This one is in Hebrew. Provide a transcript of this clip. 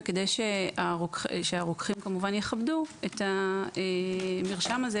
וכדי שהרוקחים כמובן יכבדו את המרשם הזה,